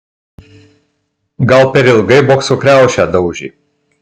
gal per ilgai bokso kriaušę daužė